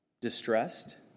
distressed